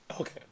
Okay